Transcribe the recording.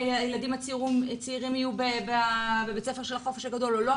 הילדים הצעירים יהיו בבית הספר של החופש הגדול או לא,